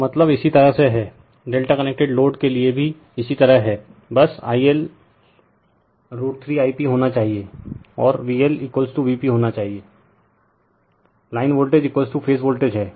तो मतलब इसी तरह से है Δ कनेक्टेड लोड के लिए भी इसी तरह हैं बस I L √ 3I p होना चाहिए और VL Vp होना चाहिए लाइन वोल्टेज फेज वोल्टेज हैं